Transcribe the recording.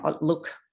look